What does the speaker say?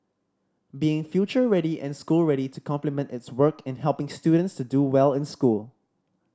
being future ready and school ready to complement its work in helping students to do well in school